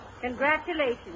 Congratulations